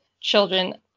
children